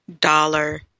dollar